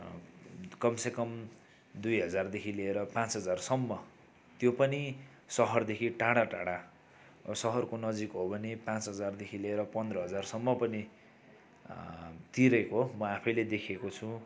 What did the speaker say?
कम से कम दुई हजारदेखि लिएर पाँच हजारसम्म त्यो पनि सहरदेखि टाढा टाढा सहरको नजिक हो भने पाँच हजारदेखि लिएर पन्ध्र हजारसम्म पनि तिरेको म आफैले देखेको छु